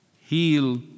Heal